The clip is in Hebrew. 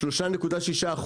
3.6%,